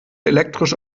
elektrisch